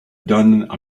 done